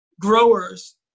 growers